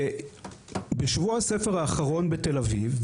בשבוע הספר האחרון בתל-אביב,